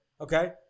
okay